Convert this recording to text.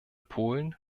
polen